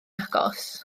agos